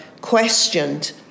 questioned